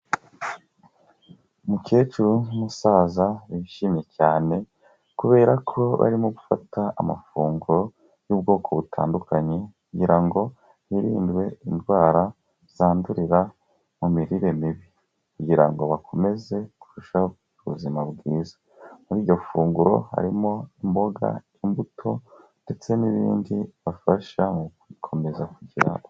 Umukecuru n'umusaza bishimye cyane, kubera ko barimo gufata amafunguro y'ubwoko butandukanye, kugira ngo hirindwe indwara zandurira mu mirire mibi, kugira ngo bakomeze kurushaho kugira ubuzima bwiza, muri iryo funguro harimo: imboga, imbuto ndetse n'ibindi, bibafasha mu gukomeza kugira.